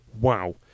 wow